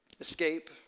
escape